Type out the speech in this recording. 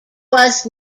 was